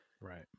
Right